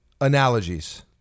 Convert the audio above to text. Analogies